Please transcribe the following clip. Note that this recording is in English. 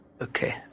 Okay